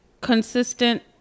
consistent